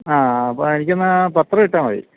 അ അപ്പോള് എനിക്കെന്നാല് പത്രം ഇട്ടാല് മതി